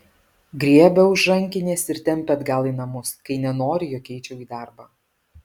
griebia už rankinės ir tempia atgal į namus kai nenori jog eičiau į darbą